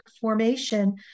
formation